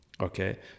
okay